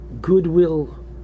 goodwill